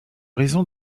raison